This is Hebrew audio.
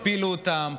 השפילו אותם,